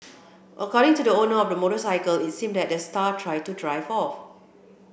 according to the owner of the motorcycle it seemed that the star tried to drive off